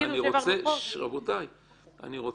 מירב, מירב.